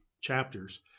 chapters